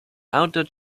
outdoor